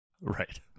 Right